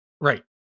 Right